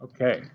Okay